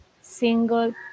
single